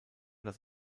das